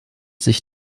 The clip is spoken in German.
sich